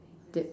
that